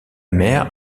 mère